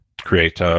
create